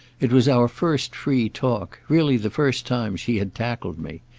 it was our first free talk really the first time she had tackled me.